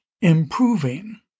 improving